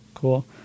cool